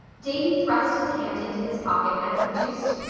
davy thrust his hand into his pocket and produced.